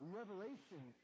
revelation